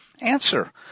Answer